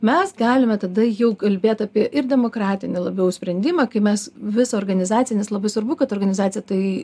mes galime tada jau kalbėt apie ir demokratinį labiau sprendimą kai mes vis organizacinis labai svarbu kad organizacija tai